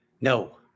no